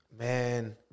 Man